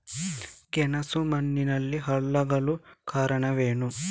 ಗೆಣಸು ಮಣ್ಣಿನಲ್ಲಿ ಹಾಳಾಗಲು ಕಾರಣವೇನು?